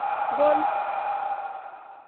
बोल